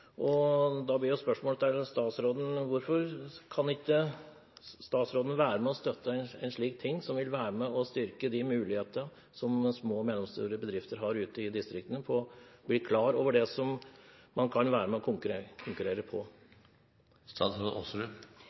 til statsråden blir da: Hvorfor kan ikke statsråden være med og støtte en slik ting, som vil styrke de mulighetene små og mellomstore bedrifter ute i distriktene har til å bli klar over det man kan være med og konkurrere